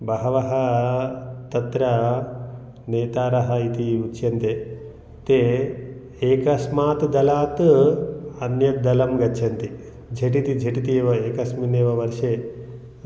बहवः तत्र नेतारः इति उच्यन्ते ते एकस्मात् दलात् अन्यद्दलं गच्छन्ति झटिति झटिति एव एकस्मिन्नेव वर्षे